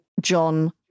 John